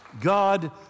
God